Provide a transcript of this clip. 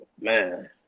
Man